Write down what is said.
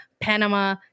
Panama